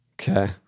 Okay